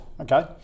Okay